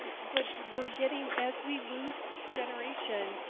but we're getting as we lose generation